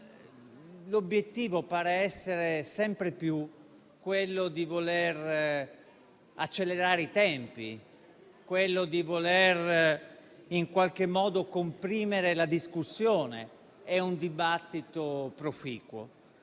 l'obiettivo pare essere, sempre più, quello di voler accelerare i tempi, quello di voler in qualche modo comprimere la discussione e un dibattito proficuo.